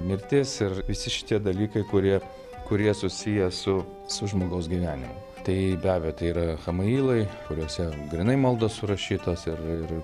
mirtis ir visi šitie dalykai kurie kurie susiję su su žmogaus gyvenimu tai be abejo tai yra chamailai kuriuose grynai maldos surašytos ir ir